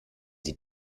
sie